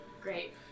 Great